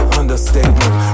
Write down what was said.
understatement